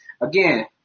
Again